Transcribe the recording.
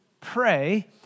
pray